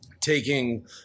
taking